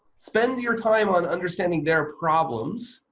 spend your time on understanding their problems,